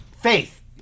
faith